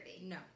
No